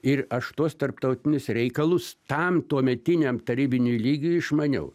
ir aš tuos tarptautinius reikalus tam tuometiniam tarybiniui lygiui išmaniau